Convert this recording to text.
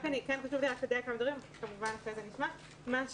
חשוב לי לחדד כמה דברים וכמובן אחרי זה נשמע את ההערות.